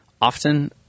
often